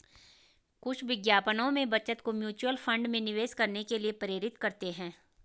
कुछ विज्ञापनों में बचत को म्यूचुअल फंड में निवेश करने के लिए प्रेरित करते हैं